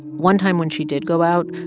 one time when she did go out,